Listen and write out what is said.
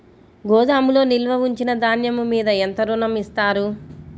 గోదాములో నిల్వ ఉంచిన ధాన్యము మీద ఎంత ఋణం ఇస్తారు?